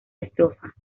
estrofa